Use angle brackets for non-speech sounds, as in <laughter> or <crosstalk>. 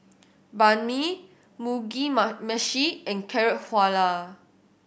Banh Mi Mugi <unintelligible> Meshi and Carrot Halwa